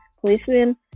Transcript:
Policeman